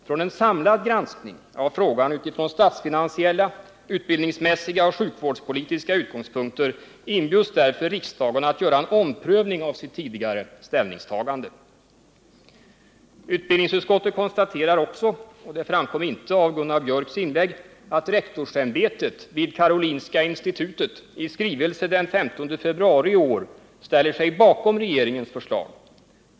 Från en samlad granskning av frågan utifrån statsfinansiella, utbildningsmässiga och sjukvårdspolitiska utgångspunkter inbjuds därför riksdagen att göra en omprövning av sitt tidigare ställningstagande. Utbildningsutskottet konstaterar också — det framkom inte av Gunnar Biörcks inlägg - att rektorsämbetet vid Karolinska institutet i skrivelse den 15 februari 1979 ställer sig bakom regeringens förslag.